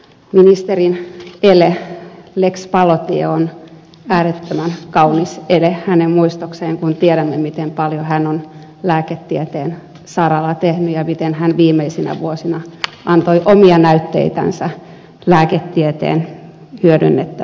ministerin ele lex palotie on äärettömän kaunis ele hänen muistokseen kun tiedämme miten paljon hän on lääketieteen saralla tehnyt ja miten hän viimeisinä vuosinaan antoi omia näytteitänsä lääketieteen hyödynnettäväksi